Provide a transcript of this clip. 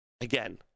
again